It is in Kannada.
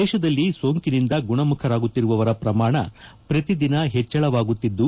ದೇಶದಲ್ಲಿ ಸೋಂಕಿನಿಂದ ಗುಣಮುಖರಾಗುತ್ತಿರುವವರ ಪ್ರಮಾಣ ಪ್ರತಿದಿನ ಹೆಚ್ಲಳವಾಗುತ್ತಿದ್ದು